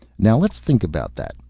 now let's think about that.